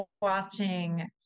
watching